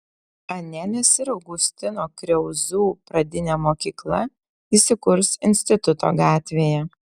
anelės ir augustino kriauzų pradinė mokykla įsikurs instituto gatvėje